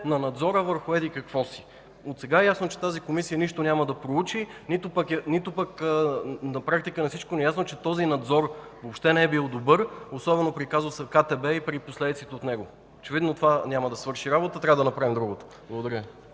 на надзора върху еди-какво си. Отсега е ясно, че тя нищо няма да проучи. На практика на всички ни е ясно, че този надзор въобще не е бил добър, особено при казуса КТБ и при последиците от него. Очевидно това няма да свърши работа, трябва да направим другото. Благодаря